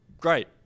Great